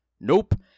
Nope